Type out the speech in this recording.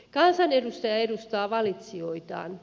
kansanedustaja edustaa valitsijoitaan